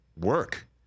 work